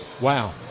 wow